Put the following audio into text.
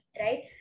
right